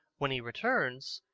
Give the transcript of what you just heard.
when he returns,